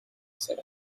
said